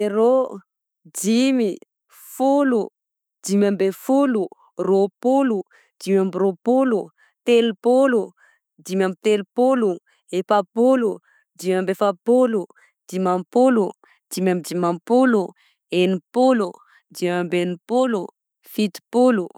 Zerô, dimy, folo, dimy amby folo, rôpolo, dimy amby rôpolo, telopolo, dimy amby telopolo, efapolo, dimy amby efapolo, dimampolo, dimy amby dimampolo, enimpolo, dimy amby enimpolo, fitopolo.